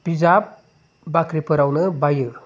बिजाब बाख्रिफोरावनो बायो